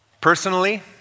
Personally